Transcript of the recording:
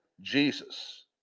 Jesus